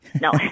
No